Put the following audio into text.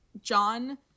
John